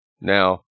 Now